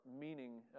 meaning